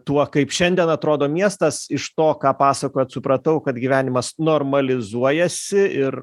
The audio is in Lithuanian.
tuo kaip šiandien atrodo miestas iš to ką pasakojot supratau kad gyvenimas normalizuojasi ir